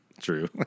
True